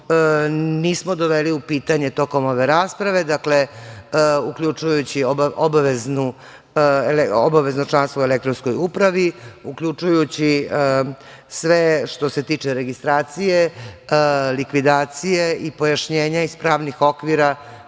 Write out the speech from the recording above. nismo doveli u pitanje tokom ove rasprave, dakle, uključujući obavezno članstvo u elektronskoj upravi, uključujući sve što se tiče registracije, likvidacije i pojašnjenja iz pravnih okvira